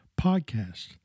podcast